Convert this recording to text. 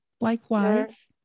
Likewise